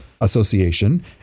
Association